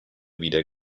wieder